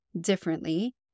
differently